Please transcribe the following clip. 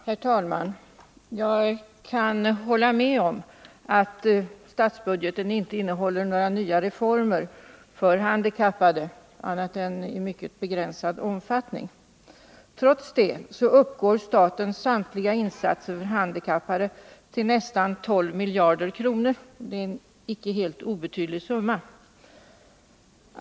Herr talman! Jag kan hålla med om att statsbudgeten inte innehåller några nya reformer för handikappade — annat än i mycket begränsad omfattning. Trots det uppgår statens samtliga insatser för handikappade till nästan 12 miljarder kronor — en icke helt obetydlig summa.